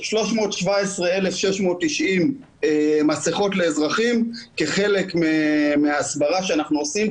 317,690 מסכות לאזרחים כחלק מההסברה שאנחנו עושים.